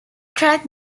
track